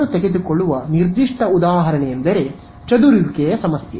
ನಾನು ತೆಗೆದುಕೊಳ್ಳುವ ನಿರ್ದಿಷ್ಟ ಉದಾಹರಣೆಯೆಂದರೆ ಚದುರುವಿಕೆಯ ಸಮಸ್ಯೆ